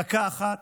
דקה אחת?